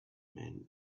man